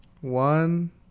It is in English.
One